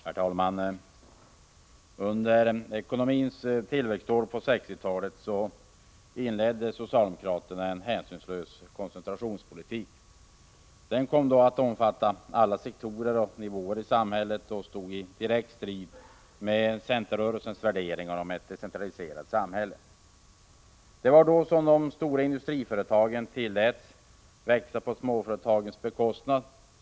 Herr talman! Under ekonomins tillväxtår på 1960-talet inledde socialdemokraterna en hänsynslös koncentrationspolitik. Den kom att omfatta alla sektorer och nivåer i samhället och stod i direkt strid med centerrörelsens värderingar om ett decentraliserat samhälle. Det var då som de stora industriföretagen tilläts växa på småföretagens bekostnad.